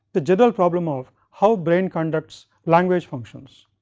the general problem of how brain conducts language functions.